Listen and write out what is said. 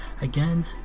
Again